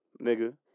Nigga